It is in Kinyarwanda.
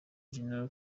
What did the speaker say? general